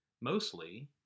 mostly